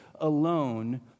alone